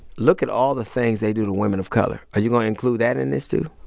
look at all the things they do to women of color. are you going to include that in this, too?